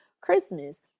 Christmas